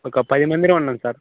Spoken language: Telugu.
ఒక పది మంది ఉన్నాం సార్